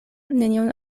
nenion